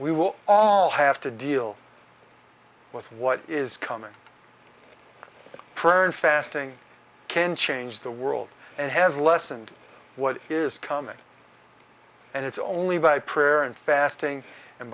we will all have to deal with what is common prayer and fasting can change the world and has lessened what is coming and it's only by prayer and fasting and